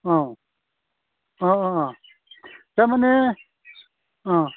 औ थारमाने